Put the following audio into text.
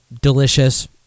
delicious